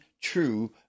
true